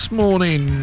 morning